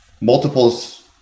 multiples